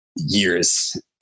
years